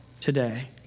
today